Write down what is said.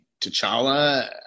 T'Challa